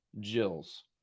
Jill's